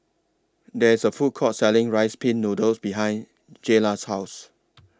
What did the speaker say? There IS A Food Court Selling Rice Pin Noodles behind Jaylah's House